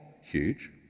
huge